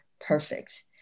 perfect